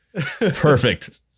Perfect